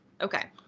okay